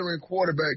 quarterback